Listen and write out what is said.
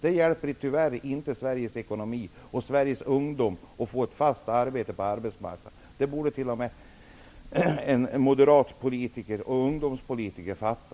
Det hjälper tyvärr inte Sveriges ekonomi eller Sveriges ungdom att få ett fast arbete på arbetsmarknaden. Det borde t.o.m. en moderat ungdomspolitiker fatta.